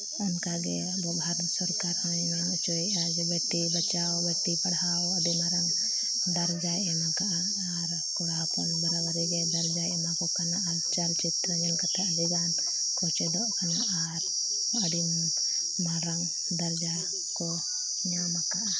ᱚᱱᱠᱟ ᱜᱮ ᱟᱵᱚ ᱵᱷᱟᱨᱚᱛ ᱥᱚᱨᱠᱟᱨ ᱦᱚᱸᱭ ᱢᱮᱱ ᱦᱚᱪᱚᱭᱮᱜᱼᱟ ᱡᱮ ᱵᱮᱹᱴᱤ ᱵᱟᱪᱟᱣ ᱵᱮᱹᱴᱤ ᱯᱟᱲᱦᱟᱣ ᱟᱹᱰᱤ ᱢᱟᱨᱟᱝ ᱫᱟᱨᱡᱟᱭ ᱮᱢ ᱟᱠᱟᱜᱼᱟ ᱟᱨ ᱠᱚᱲᱟ ᱦᱚᱯᱚᱱ ᱵᱟᱨᱟᱼᱵᱟᱹᱨᱤ ᱜᱮ ᱫᱟᱨᱡᱟᱭ ᱮᱢᱟ ᱠᱚ ᱠᱟᱱᱟ ᱟᱨ ᱪᱟᱞᱪᱤᱛᱨᱚ ᱧᱮᱞ ᱠᱟᱛᱮ ᱟᱹᱰᱤ ᱜᱟᱱ ᱠᱚ ᱪᱮᱫᱚᱜ ᱠᱟᱱᱟ ᱟᱨ ᱟᱹᱰᱤ ᱢᱟᱨᱟᱝ ᱫᱟᱨᱡᱟ ᱠᱚ ᱧᱟᱢ ᱟᱠᱟᱜᱼᱟ